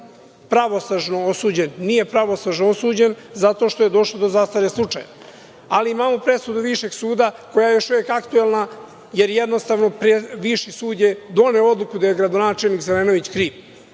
pravosnažno osuđen, nije pravosnažno osuđen, zato što je došlo do zastarenja slučaja, ali imamo presudu Višeg suda, koja je još uvek aktuelna, jer jednostavno Viši sud je doneo odluku da je gradonačelnik Zelenović kriv.